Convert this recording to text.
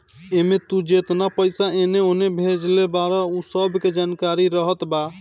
एमे तू जेतना पईसा एने ओने भेजले बारअ उ सब के जानकारी रहत बा